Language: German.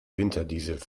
winterdiesel